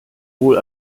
wohl